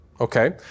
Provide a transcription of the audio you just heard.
Okay